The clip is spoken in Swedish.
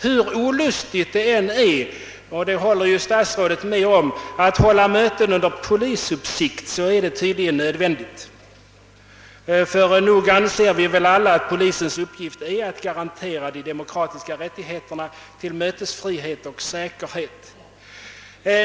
Hur olustigt det än är — det håller statsrådet med om — att hålla möten under polisuppsikt, så är det tydligen nödvändigt. Nog anser vi väl alla att polisens uppgift är att garantera de demokratiska rättigheterna till mötesfrihet och säkerhet.